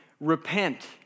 repent